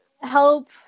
help